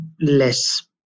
less